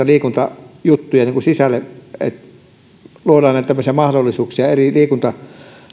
liikuntajuttuja sisälle eli luodaan näitä tämmöisiä mahdollisuuksia eri